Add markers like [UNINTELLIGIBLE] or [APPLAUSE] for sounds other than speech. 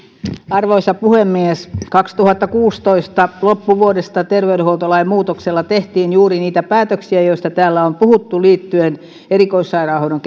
arvoisa puhemies kaksituhattakuusitoista loppuvuodesta terveydenhuoltolain muutoksella tehtiin juuri niitä päätöksiä joista täällä on puhuttu liittyen erikoissairaanhoidon [UNINTELLIGIBLE]